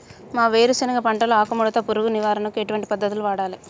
మా వేరుశెనగ పంటలో ఆకుముడత పురుగు నివారణకు ఎటువంటి పద్దతులను వాడాలే?